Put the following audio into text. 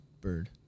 bird